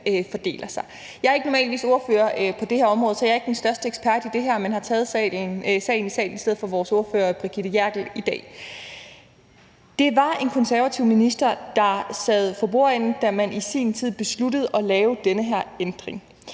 fordeler sig. Jeg er ikke normalvis ordfører på det her område, så jeg er ikke den største ekspert i det her, men har taget sagen i salen i dag i stedet for vores ordfører, Brigitte Klintskov Jerkel. Det var en konservativ minister, der sad for bordenden, da man i sin tid besluttede at lave den her ændring.